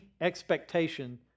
expectation